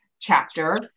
chapter